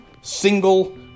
single